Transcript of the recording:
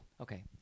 okay